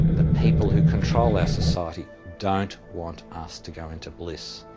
the people who control our society, don't want us to go into bliss,